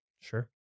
Sure